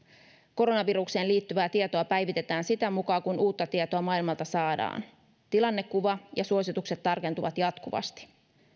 koronavirukseen liittyvää tietoa päivitetään sitä mukaa kuin uutta tietoa maailmalta saadaan tilannekuva ja suositukset tarkentuvat jatkuvasti